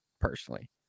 personally